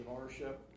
ownership